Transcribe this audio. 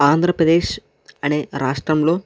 ఆంధ్రప్రదేశ్ అనే రాష్ట్రంలో